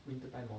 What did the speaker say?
winter time hor